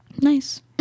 nice